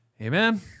Amen